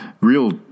real